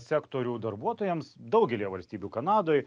sektorių darbuotojams daugelyje valstybių kanadoj